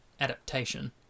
adaptation